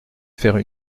faire